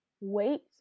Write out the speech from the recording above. Wait